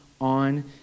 on